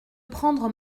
prendre